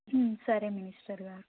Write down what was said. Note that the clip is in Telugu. సరే మినిస్టర్ గారు